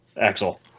Axel